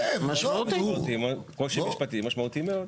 אמרתי קושי משפטי משמעותי מאוד.